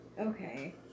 Okay